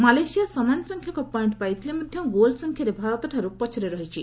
Malaysia ସମାନ ସଂଖ୍ୟକ point ପାଇଥିଲେ ମଧ୍ୟ ଗୋଲ୍ ସଂଖ୍ୟାରେ ଭାରତଠାରୁ ପଛରେ ରହିଛି